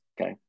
Okay